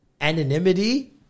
anonymity